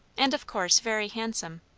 and of course very handsome.